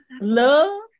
Love